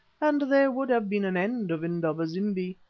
and there would have been an end of indaba-zimbi.